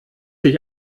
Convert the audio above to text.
sich